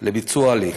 לביצוע ההליך: